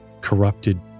corrupted